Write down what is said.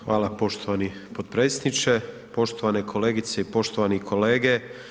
Hvala poštovani potpredsjedniče, poštovane kolegice i poštovani kolege.